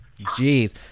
Jeez